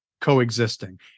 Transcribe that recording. coexisting